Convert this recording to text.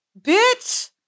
Bitch